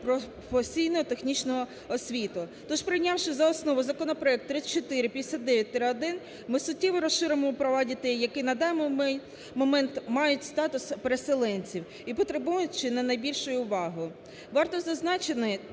професійно-технічну освіту". Тож, прийнявши за основу законопроект 3459-1, ми суттєво розширимо права дітей, які на даний момент мають статус переселенців і потребують чи не найбільшої уваги.